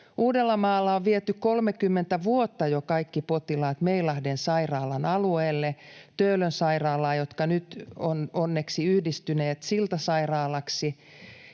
Uudellamaalla on viety jo 30 vuotta kaikki potilaat Meilahden sairaalan alueelle Töölön sairaalaan, jotka nyt ovat onneksi yhdistyneet Siltasairaalaksi,